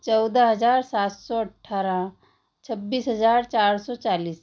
चौदह हज़ार सात सौ अठारह छब्बीस हज़ार चार सौ चालीस